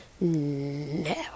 No